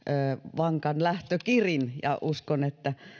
vankan lähtökirin ja uskon että